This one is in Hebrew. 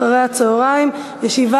(קרן לתועלת הציבור והוראות לעניין חברה לתועלת הציבור) התקבלה.